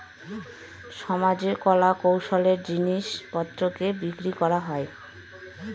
সমাজে কলা কৌশলের জিনিস পত্রকে বিক্রি করা হয়